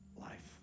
life